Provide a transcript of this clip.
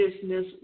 business